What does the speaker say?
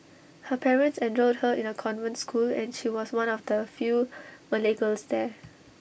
her parents enrolled her in A convent school and she was one of the few Malay girls there